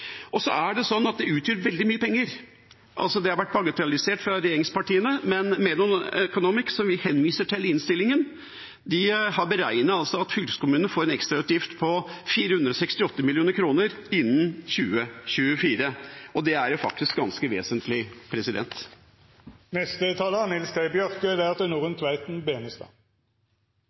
utgjør veldig mye penger. Det har vært bagatellisert fra regjeringspartiene, men Menon Economics, som vi henviser til i innstillinga, har beregnet at fylkeskommunene får en ekstrautgift på 468 mill. kr innen 2024, og det er faktisk ganske vesentlig.